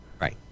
Right